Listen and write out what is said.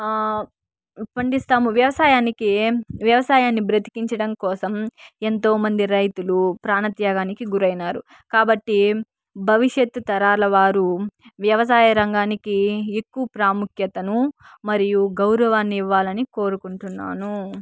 పండిస్తాము వ్యవసాయానికి వ్యవసాయాన్ని బ్రతికించడం కోసం ఎంతోమంది రైతులు ప్రాణత్యాగానికి గురైనారు కాబట్టి భవిష్యత్తు తరాల వారు వ్యవసాయ రంగానికి ఎక్కువ ప్రాముఖ్యతను మరియు గౌరవాన్ని ఇవ్వాలని కోరుకుంటున్నాను